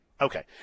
Okay